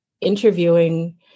interviewing